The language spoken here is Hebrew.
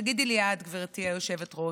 תגידי לי את, גברתי היושבת-ראש,